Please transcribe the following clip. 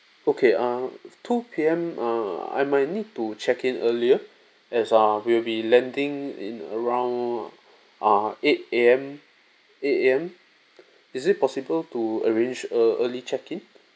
okay uh two pm uh I might need to check in earlier as uh we'll be landing in around ah eight AM eight AM is it possible to arrange err early checking